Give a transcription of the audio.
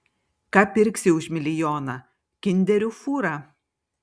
ką pirksi už milijoną kinderių fūrą